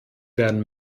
werden